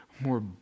more